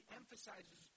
emphasizes